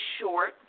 short